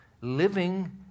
living